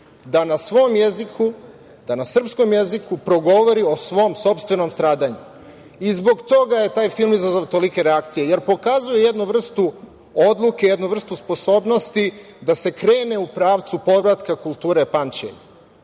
da na svom jeziku, da na srpskom jeziku progovori o svom sopstvenom stradanju. Zbog toga je taj film izazvao tolike reakcije, jer pokazuje jednu vrstu odluke, jednu vrstu sposobnosti da se krene u pravcu povratka kulture